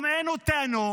-- וגם אין אותנו.